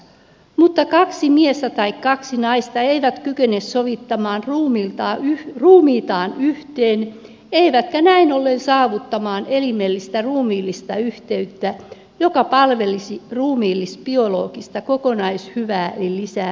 mutta kaksi miestä tai kaksi naista eivät kykene sovittamaan ruumiitaan yhteen eivätkä näin ollen saavuttamaan elimellistä ruumiillista yhteyttä joka palvelisi ruumiillis biologista kokonaishyvää eli lisääntymistä